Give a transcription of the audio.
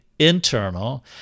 Internal